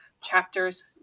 chapters